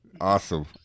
awesome